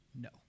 No